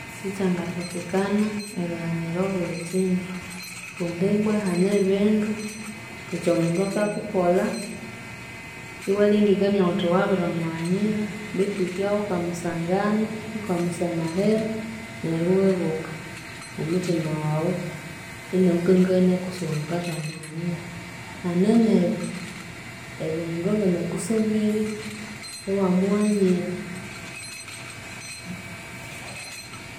Sikyangathokekana erighanyira obuli kindu, kundi ibbwa hane ebindu, eky'omundu akakukolha iwalhengekania wuthi wabiri mughanyira betu wukibya wukamusangana wukamusamalira neryo iwibuka, omuthima wawu inakukangania kusiwulikathamughanyira, hane n'ebyo eby'omundu anganakusoberya iwamughanyira.